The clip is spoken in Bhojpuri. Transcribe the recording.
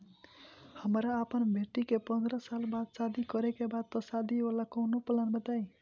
हमरा अपना बेटी के पंद्रह साल बाद शादी करे के बा त शादी वाला कऊनो प्लान बताई?